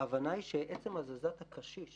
ההבנה היא שעצם הזזת הקשיש